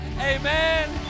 amen